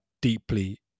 Deeply